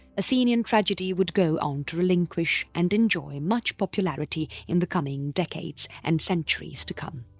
athenian tragedy would go on to relinquish and enjoy much popularity in the coming decades and centuries to come.